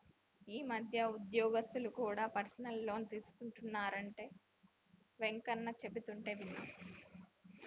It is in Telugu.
ఈ మధ్య ఉద్యోగస్తులు కూడా పర్సనల్ లోన్ తీసుకుంటున్నరని వెంకన్న చెబుతుంటే విన్నా